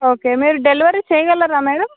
okay మీరు delivery చేయగలరా madam